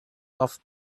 off